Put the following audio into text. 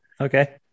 okay